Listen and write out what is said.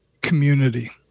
community